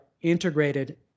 integrated